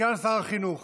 סגן שרת החינוך